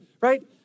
right